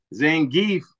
Zangief